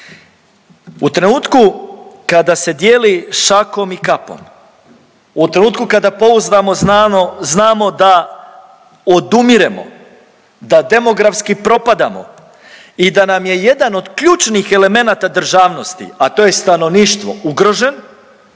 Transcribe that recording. U trenutku kada se dijeli šakom i kapom, u trenutku kada pouzdano znamo da odumiremo, da demografski propadamo i da nam je jedan od ključnih elemenata državnosti, a to je stanovništvo, ugrožen,